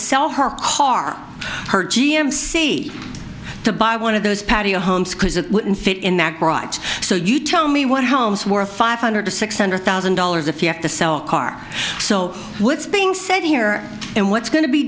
sell her car her g m see to buy one of those patio homes because it wouldn't fit in that bright so you tell me what homes worth five hundred to six hundred thousand dollars if you have to sell a car so what's being said here and what's going to be